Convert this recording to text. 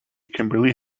kimberly